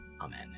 Amen